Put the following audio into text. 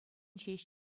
ҫеҫ